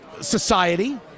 Society